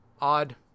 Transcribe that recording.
odd